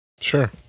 Sure